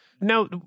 Now